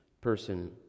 person